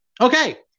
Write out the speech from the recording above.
Okay